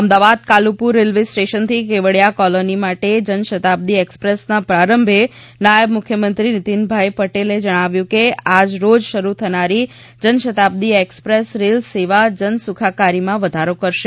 Ahmedabad Kalupur railway સ્ટેશનથી Kevadia colony માટે જનશતાબ્દી એકસપ્રેસના પ્રારંભે નાયબ મુખ્યમંત્રી નીતીનભાઇ પટેલે જણાવ્યું કે આજરોજ શરુ થનારી જનશતાબ્દી એકસપ્રેસ રેલ સેવા જન સુખાકારીમાં વધારો કરશે